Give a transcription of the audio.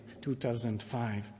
2005